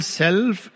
self